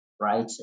right